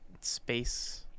space